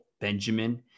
Benjamin